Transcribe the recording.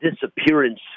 disappearance